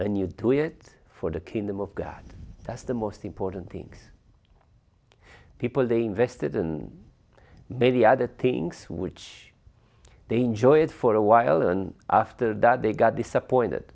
places and you do it for the kingdom of god that's the most important thing people they invested and many other things which they enjoy it for a while and after that they got disappointed